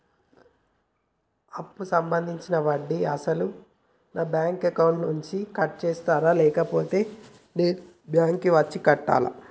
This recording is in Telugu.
అప్పు సంబంధించిన వడ్డీని అసలు నా బ్యాంక్ అకౌంట్ నుంచి కట్ చేస్తారా లేకపోతే నేను బ్యాంకు వచ్చి కట్టాలా?